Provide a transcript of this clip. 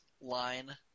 line